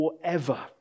forever